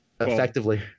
effectively